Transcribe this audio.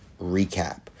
recap